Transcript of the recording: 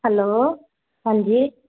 hello ਹਾਂਜੀ